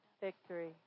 victory